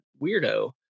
weirdo